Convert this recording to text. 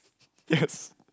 yes